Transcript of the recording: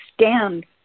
stand